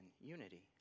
unity